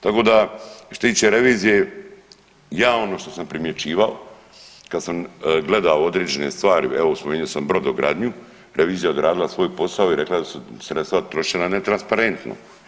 Tako da što se tiče revizije ja ono što sam primjećivao kada sam gledao određene stvari evo spominjao sam brodogradnju revizija je odradila svoj posao i rekla je da se sredstva troše netransparentno.